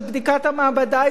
את בדיקת המעבדה,